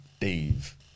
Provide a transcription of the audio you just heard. Dave